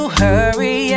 hurry